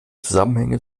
zusammenhänge